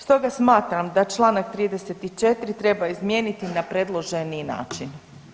Stoga smatram da članak 34. treba izmijeniti na predloženi način.